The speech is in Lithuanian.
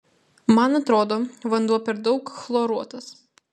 man atrodo vanduo per daug chloruotas